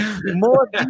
More